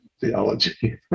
theology